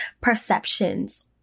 perceptions